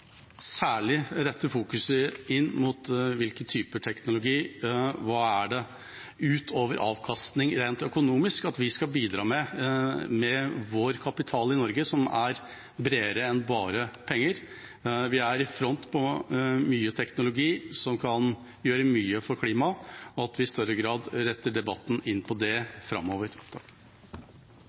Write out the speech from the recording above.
utover avkastning, rent økonomisk, som er bredere enn bare penger. Vi er i front på mye teknologi som kan gjøre mye for klimaet, og jeg håper at vi i større grad retter debatten inn mot det framover.